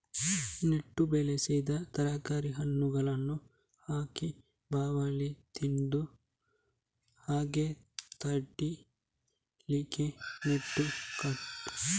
ನೆಟ್ಟು ಬೆಳೆಸಿದ ತರಕಾರಿ, ಹಣ್ಣುಗಳನ್ನ ಹಕ್ಕಿ, ಬಾವಲಿ ತಿನ್ನದ ಹಾಗೆ ತಡೀಲಿಕ್ಕೆ ನೆಟ್ಟು ಕಟ್ಬೇಕು